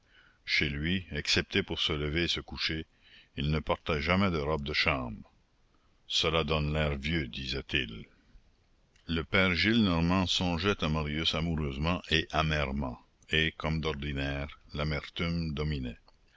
chez lui excepté pour se lever et se coucher il ne portait jamais de robe de chambre cela donne l'air vieux disait-il le père gillenormand songeait à marius amoureusement et amèrement et comme d'ordinaire l'amertume dominait